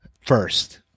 first—